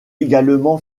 également